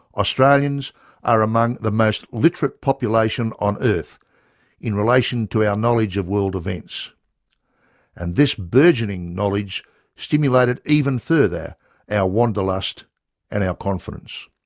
australians are among the most literate population on earth in relation to our knowledge of world events and this burgeoning knowledge stimulated even further and our wanderlust and our confidence.